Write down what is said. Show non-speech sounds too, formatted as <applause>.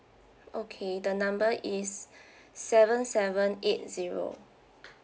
okay the number is <breath> seven seven eight zero